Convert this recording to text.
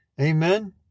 Amen